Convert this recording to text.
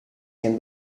can